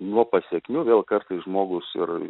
nuo pasekmių vėl kartais žmogus ir